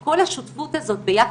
כל השותפות הזאת ביחד,